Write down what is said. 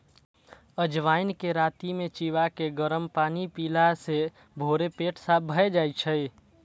अजवाइन कें राति मे चिबाके गरम पानि पीला सं भोरे पेट साफ भए जाइ छै